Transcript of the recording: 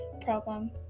problem